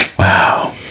Wow